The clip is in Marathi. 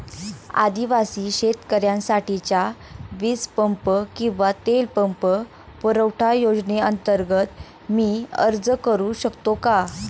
आदिवासी शेतकऱ्यांसाठीच्या वीज पंप किंवा तेल पंप पुरवठा योजनेअंतर्गत मी अर्ज करू शकतो का?